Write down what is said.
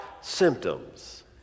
symptoms